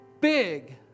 big